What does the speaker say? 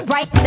Right